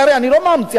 אני לא ממציא.